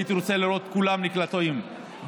הייתי רוצה לראות את כולם נקלטים בחברות